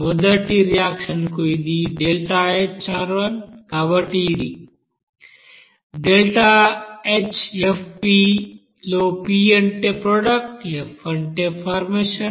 మొదటి రియాక్షన్ కు ఇది ΔHR1 కాబట్టి ఇది ΔHfP లో P అంటే ప్రోడక్ట్ f అంటే ఫార్మషన్